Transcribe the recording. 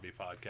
Podcast